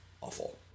awful